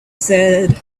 said